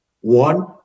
one